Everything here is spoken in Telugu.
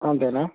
అంతేనా